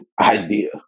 idea